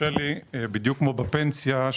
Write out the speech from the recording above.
בדיוק כמו בפנסיה,